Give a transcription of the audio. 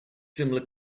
similar